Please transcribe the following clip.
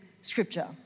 Scripture